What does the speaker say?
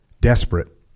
Desperate